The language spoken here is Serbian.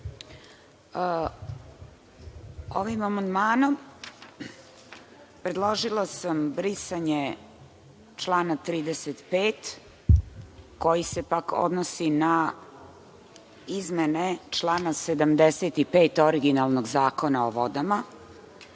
Ovim amandmanom predložila sam brisanje člana 35. koji se odnosi na izmene člana 75. originalnog Zakona o vodama,